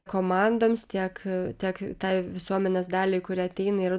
komandoms tiek tiek tai visuomenės daliai kuri ateina ir